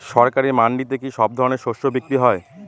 সরকারি মান্ডিতে কি সব ধরনের শস্য বিক্রি হয়?